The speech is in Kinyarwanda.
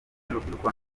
n’urubyiruko